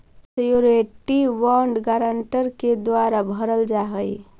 surety bond guarantor के द्वारा भरल जा हइ